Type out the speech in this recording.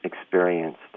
experienced